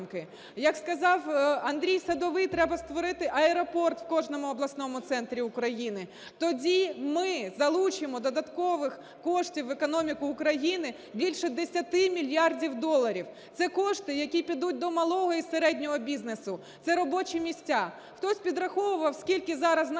як сказав Андрій Садовий, треба створити аеропорт в кожному обласному центрі України, тоді ми залучимо додаткових коштів в економіку України більше 10 мільярдів доларів. Це кошти, які підуть до малого і середнього бізнесу, це робочі місця. Хтось підраховував, скільки зараз наше